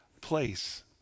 place